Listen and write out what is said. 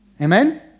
Amen